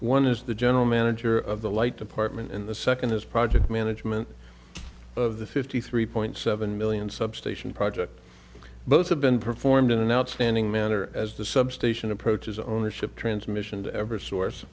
one is the general manager of the light department and the second is project management of the fifty three point seven million substation project both have been performed in an outstanding manner as the substation approaches ownership transmission to ever source